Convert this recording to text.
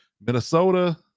Minnesota